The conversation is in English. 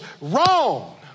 Wrong